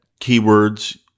keywords